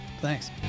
Thanks